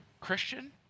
Christian